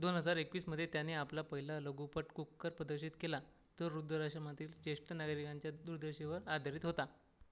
दोन हजार एकवीसमध्ये त्याने आपला पहिला लघुपट कुक्कुर प्रदर्शित केला जो वृद्धाश्रमातील ज्येष्ठ नागरिकांच्या दुर्दशेवर आधारित होता